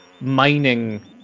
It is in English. mining